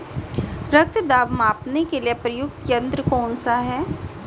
रक्त दाब मापने के लिए प्रयुक्त यंत्र कौन सा है?